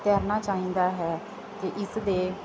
ਤੈਰਨਾ ਚਾਹੀਦਾ ਹੈ ਅਤੇ ਇਸ ਦੇ